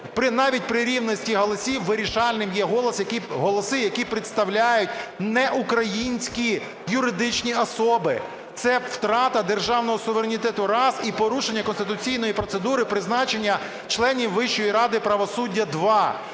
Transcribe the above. навіть при рівності голосів, вирішальними є голоси, які представляють не українські юридичні особи. Це втрата державного суверенітету – раз, і порушення конституційної процедури призначення членів Вищої ради правосуддя